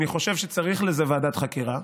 אני חושב שצריך לזה ועדת חקירה,